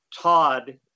Todd